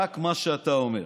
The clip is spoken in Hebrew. רק מה שאתה אומר.